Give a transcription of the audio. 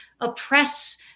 oppress